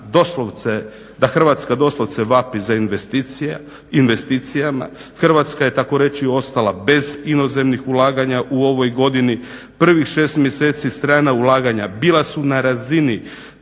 da Hrvatska doslovce vapi za investicijama, Hrvatska je tako reći ostala bez inozemnih ulaganja u ovoj godini. Prvih 6 mjeseci strana ulaganja bila su na razini